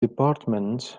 departments